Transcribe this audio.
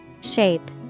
Shape